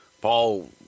Paul